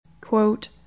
Quote